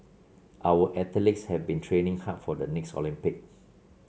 our athletes have been training hard for the next Olympic